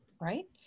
right